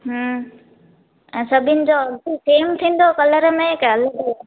हूं ऐं सभिनि जो अघि सेम थींदो कलर में की अलॻि अलॻि